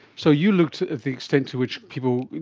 so you looked at the extent to which people,